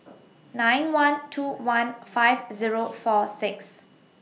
nine one two one five Zero four six